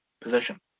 position